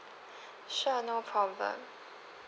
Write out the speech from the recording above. sure no problem